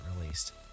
released